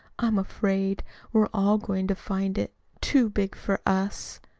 i'm afraid we're all going to find it too big for us.